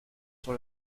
sur